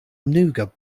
nougat